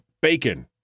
bacon